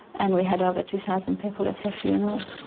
and we had over two thousand people at her funeral.